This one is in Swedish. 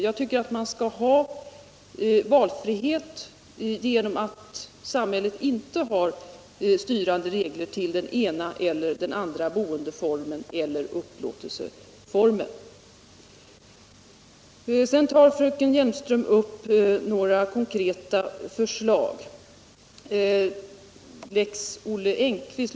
Jag tycker att vi skall ha valfrihet genom att samhället inte har styrande regler till den ena eller andra boendeformen eller upplåtelseformen. Sedan tar fröken Hjelmström upp några konkreta förslag, såsom Lex Olle Engkvist.